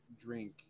drink